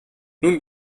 nun